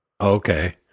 Okay